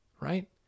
right